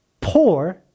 poor